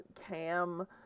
cam